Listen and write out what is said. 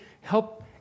help